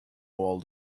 all